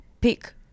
Pick